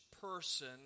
person